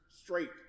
straight